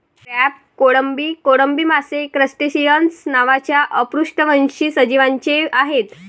crab, कोळंबी, कोळंबी मासे क्रस्टेसिअन्स नावाच्या अपृष्ठवंशी सजीवांचे आहेत